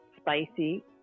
spicy